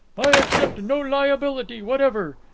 i accept no liability whatever.